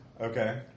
okay